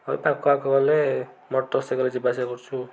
ହଁ ପାଖ ଆଖ ଗଲେ ମୋଟର୍ ସାଇକେଲ୍ରେ ଯିବା ଆସିବା କରୁଛୁ